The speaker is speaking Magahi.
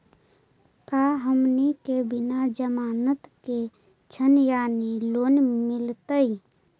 का हमनी के बिना जमानत के ऋण यानी लोन मिलतई?